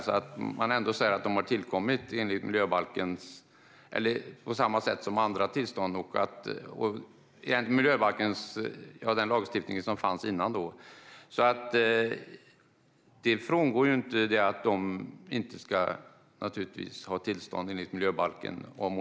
Man säger ändå att de har tillkommit, på samma sätt som med andra tillstånd, enligt den lagstiftning som fanns tidigare. Detta innebär inte att de inte ska ha moderna tillstånd enligt miljöbalken.